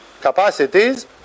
capacities